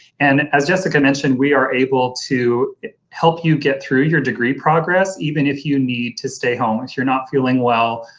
and as jessica mentioned we are able to help you get through your degree progress even if you need to stay home if you're not feeling well.